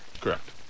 Correct